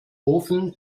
ofen